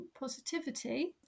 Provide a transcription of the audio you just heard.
positivity